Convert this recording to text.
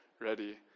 ready